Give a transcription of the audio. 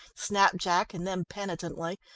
snapped jack, and then penitently,